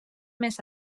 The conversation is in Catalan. més